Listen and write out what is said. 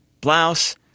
blouse